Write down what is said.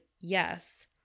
yes